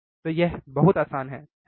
तो यह बहुत आसान है है ना